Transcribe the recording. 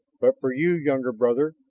but for you, younger brother,